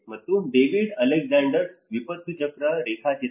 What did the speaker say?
ಮತ್ತು David Alexander's ವಿಪತ್ತು ಚಕ್ರ ರೇಖಾಚಿತ್ರ